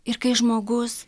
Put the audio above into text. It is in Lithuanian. ir kai žmogus